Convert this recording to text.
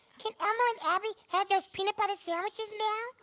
can elmo and abby have those peanut butter sandwiches now?